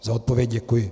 Za odpověď děkuji.